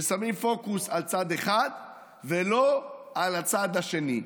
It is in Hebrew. ששמים פוקוס על צד אחד ולא על הצד השני.